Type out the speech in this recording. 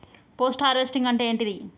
Post harvesting అంటే ఏంటిది?